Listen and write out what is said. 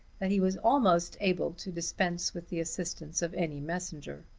that he was almost able to dispense with the assistance of any messenger.